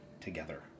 together